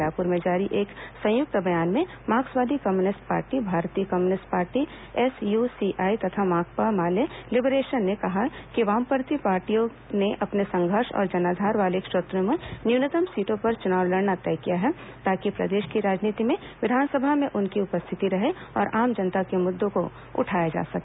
रायपुर में जारी एक संयुक्त बयान में मार्क्सवादी कम्युनिस्ट पार्टी भारतीय कम्युनिस्ट पार्टी एसयूसीआई तथा भाकपा माले लिबरेशन ने कहा है कि वामपंथी पार्टियों ने अपने संघर्ष और जनाधार वाले क्षेत्रों में न्यूनतम सीटों पर चुनाव लड़ना तय किया है ताकि प्रदेश की राजनीति में विधानसभा में उनकी उपस्थिति रहे और आम जनता के मुद्दों को उठाया जा सके